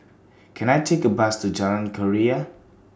Can I Take A Bus to Jalan Keria